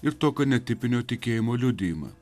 ir tokio netipinio tikėjimo liudijimą